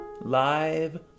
live